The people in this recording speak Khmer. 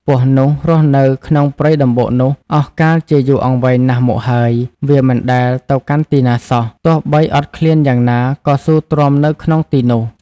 ពស់នោះរស់នៅ ក្នុងព្រៃដំបូកនោះ អស់កាលជាយូរអង្វែងណាស់មកហើយ វាមិនដែលទៅកាន់ទីណាសោះ ទោះបីអត់ឃ្លានយ៉ាងណា ក៏ស៊ូទ្រាំនៅក្នុងទីនោះ ។